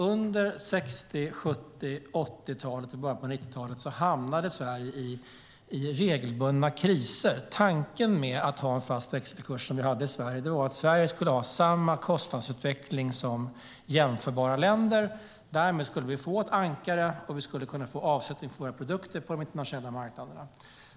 Under 60-, 70-, 80 och början av 90-talet hamnade Sverige i regelbundna kriser. Tanken med att ha en fast växelkurs, som vi hade i Sverige, var att Sverige skulle ha samma kostnadsutveckling som jämförbara länder. Därmed skulle vi få ett ankare, och vi skulle kunna få avsättning för våra produkter på de internationella marknaderna.